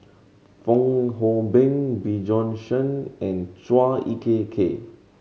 Fong Hoe Beng Bjorn Shen and Chua Ek Kay